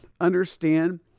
understand